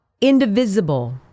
indivisible